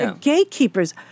Gatekeepers